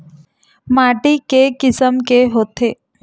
माटी के किसम के होथे?